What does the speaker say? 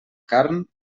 carn